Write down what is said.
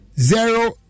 zero